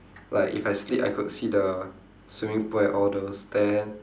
like if I sleep I could see the swimming pool and all those then